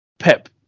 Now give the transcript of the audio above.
Pep